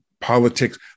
politics